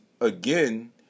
again